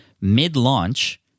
Mid-launch